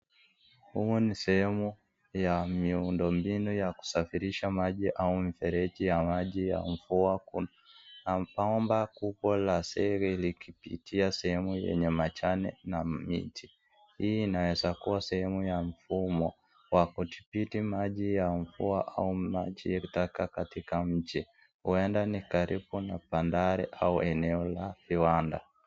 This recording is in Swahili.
Huu ni sehemu ya miundo mbinu ya kusafirisha maji au mfereji ya maji ya mvua, kuna bomba kubwa la siri ikipitia sehemu yenye majani na miti. Hii inaweza kuwa sehemu ya mfumo wa kuthibiti maji ya mvua au maji taka katika mji, huenda ni karibu na bandari au eneo la viwanda.